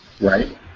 Right